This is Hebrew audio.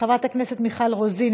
חברת הכנסת מיכל רוזין,